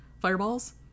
fireballs